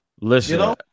Listen